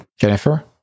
Jennifer